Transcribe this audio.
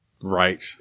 Right